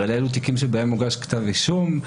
הרי אלה תיקים שבהם הוגש כתב אישום.